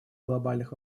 глобальных